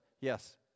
yes